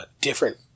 Different